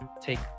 Take